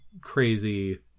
crazy